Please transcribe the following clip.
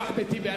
לאחמד טיבי.